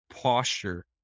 posture